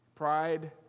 Pride